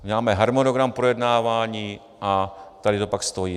Máme harmonogram projednávání a tady to pak stojí.